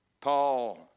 Paul